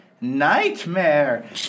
nightmare